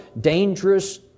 dangerous